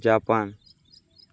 Japan